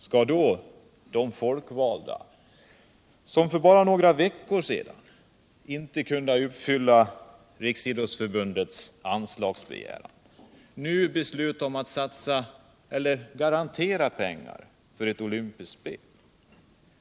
Skall då de folkvalda, som för bara för några veckor sedan inte kunde uppfylla Riksidrousförbundets anslagsbegäran, nu besluta att garantera pengar för ett olympiskt spel?